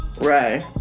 right